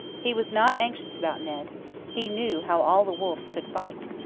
he was not anxious about ned he knew how all the wolfes could fight.